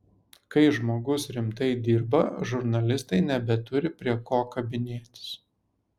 kai žmogus rimtai dirba žurnalistai nebeturi prie ko kabinėtis